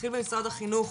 נתחיל במשרד החינוך